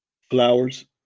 flowers